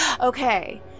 Okay